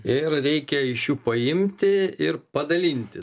ir reikia iš jų paimti ir padalinti